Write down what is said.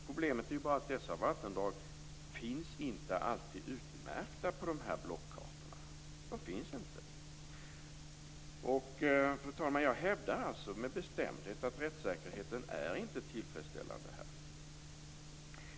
Problemet är bara att dessa vattendrag inte alltid är utmärkta på de här blockkartorna. Fru talman! Jag hävdar alltså med bestämdhet att rättssäkerheten inte är tillfredsställande i detta sammanhang.